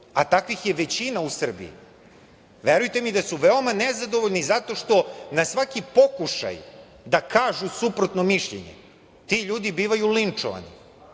a takvih je većina u Srbiji, verujte mi da su veoma nezadovoljni zato što na svaki pokušaj da kažu suprotno mišljenje, ti ljudi bivaju linčovani,